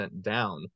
down